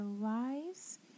lives